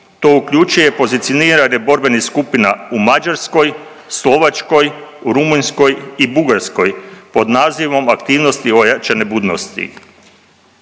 To uključuje i pozicioniranje borbenih skupina u Mađarskoj, Slovačkoj, u Rumunjskoj i Bugarskoj pod nazivom „aktivnosti ojačane budnosti“.